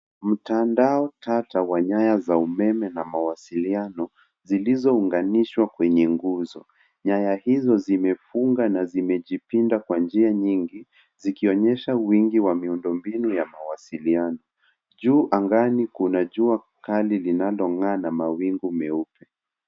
Mtandao tata wa nyaya za umeme na mawasiliano, zilizo unganishwa kwenye nguzo. Nyaya hizo zimefungwa na zimejipinda kwa njia nyingi, zikionyesha wingi wa miundombinu ya mawasiliano. Juu angani kuna jua kali linalong'aa na mawingu meupe.